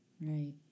Right